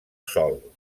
sòl